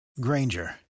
Granger